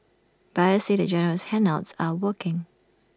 buyers say the generous handouts are working